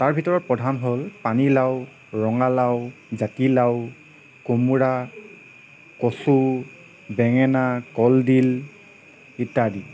তাৰ ভিতৰত প্ৰধান হ'ল পানীলাও ৰঙালাও জাতিলাও কোমোৰা কচু বেঙেনা কলদিল ইত্যাদি